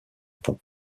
pont